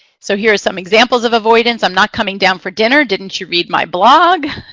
so here are some examples of avoidance. i'm not coming down for dinner. didn't you read my blog?